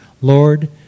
Lord